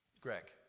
Greg